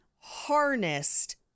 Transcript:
Harnessed